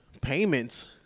payments